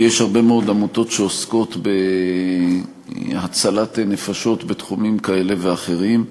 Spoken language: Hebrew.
כי יש הרבה מאוד עמותות שעוסקות בהצלת נפשות בתחומים כאלה ואחרים.